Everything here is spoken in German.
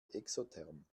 exotherm